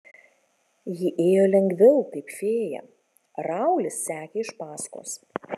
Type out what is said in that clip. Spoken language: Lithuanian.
ji ėjo lengviau kaip fėja raulis sekė iš paskos